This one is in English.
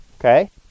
Okay